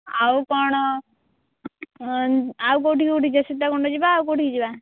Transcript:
ଆଉ କ'ଣ ଆଉ କେଉଁଠିକୁ କେଉଁଠିକୁ ସୀତାକୁଣ୍ଡ ଯିବା ଆଉ କେଉଁଠିକୁ ଯିବା